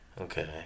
Okay